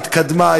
התקדמה,